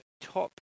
top